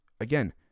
again